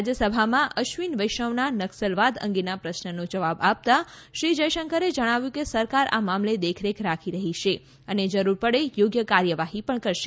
રાજ્યસભામાં અશ્વિન વૈષ્ણવના નકસલવાદ અંગેના પ્રશ્નનો જવાબ આપતાં શ્રી જયશંકરે જણાવ્યું કે સરકાર આ મામલે દેખરેખ રાખી રહી છે અને જરૃર પડે યોગ્ય કાર્યવાહી પણ કરશે